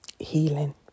Healing